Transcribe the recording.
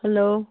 hello